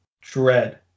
dread